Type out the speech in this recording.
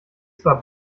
zwar